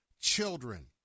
children